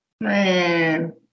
Man